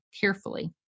carefully